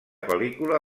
pel·lícula